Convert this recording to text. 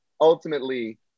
ultimately